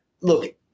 look